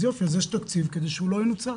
אז יופי, אז יש תקציב כדי שהוא לא ינוצל.